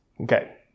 Okay